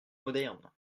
moderne